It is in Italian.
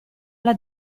alla